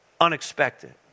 unexpected